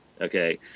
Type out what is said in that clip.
Okay